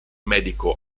medico